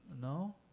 No